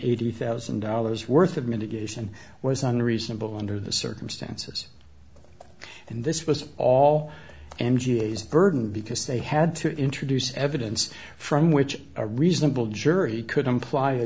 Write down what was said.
eighty thousand dollars worth of mitigation was unreasonable under the circumstances and this was all n g s burden because they had to introduce evidence from which a reasonable jury could